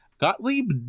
Gottlieb